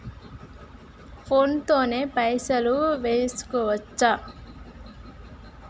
Phone తోని పైసలు వేసుకోవచ్చా?